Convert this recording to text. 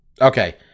Okay